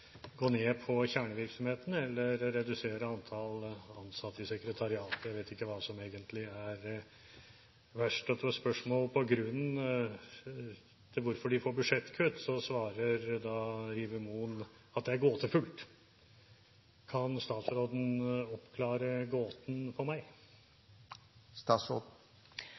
gå ned på kjernevirksomheten eller redusere antall ansatte i sekretariatet. Jeg vet ikke hva som egentlig er verst. På spørsmålet om grunnen til at de får budsjettkutt, svarer Rieber-Mohn at det er gåtefullt. Kan statsråden oppklare gåten for meg?